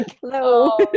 hello